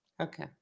Okay